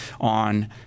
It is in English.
on